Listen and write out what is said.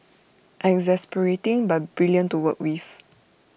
exasperating but brilliant to work with